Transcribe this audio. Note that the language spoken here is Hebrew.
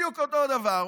בדיוק אותו דבר.